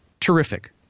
Terrific